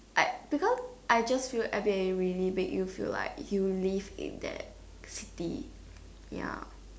I because I just feel Airbnb really big it feels like you live in the city ya